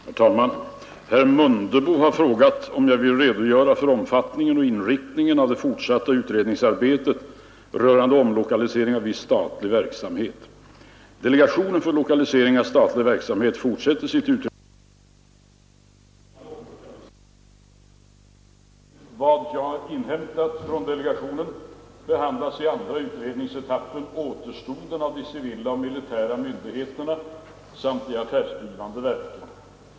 Herr talman! Herr Mundebo har frågat, om jag vill redogöra för omfattningen och inriktningen av det fortsatta utredningsarbetet rörande omlokalisering av viss statlig verksamhet. Delegationen för lokalisering av statlig verksamhet fortsätter sitt utredningsarbete beträffande omlokaliseringen. Enligt vad jag inhämtat från delegationen behandlas i andra utredningsetappen återstoden av de civila och militära myndigheterna samt de affärsdrivande verken.